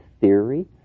theory